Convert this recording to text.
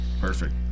Perfect